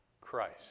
Christ